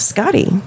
Scotty